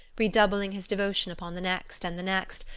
redoubling his devotion upon the next and the next,